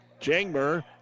Jangmer